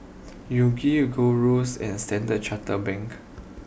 Yoguru Gold Roast and Standard Chartered Bank